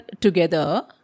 together